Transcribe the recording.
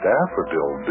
Daffodil